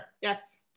Yes